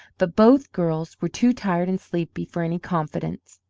but both girls were too tired and sleepy for any confidence.